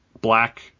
black